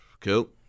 Cool